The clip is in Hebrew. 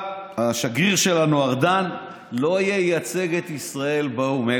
שהשגריר שלנו ארדן לא ייצג את ישראל באו"ם,